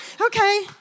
Okay